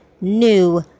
new